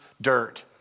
dirt